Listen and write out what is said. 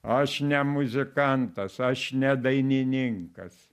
aš ne muzikantas aš ne dainininkas